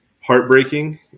heartbreaking